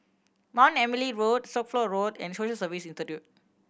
Mount Emily Road Suffolk Road and Social Service Institute